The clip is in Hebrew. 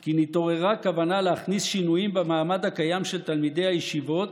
כי נתעוררה כוונה להכניס שינויים במעמד הקיים של תלמידי הישיבות,